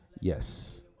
Yes